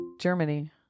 Germany